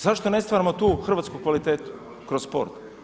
Zašto ne stvaramo tu hrvatsku kvalitetu kroz sport?